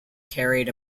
carried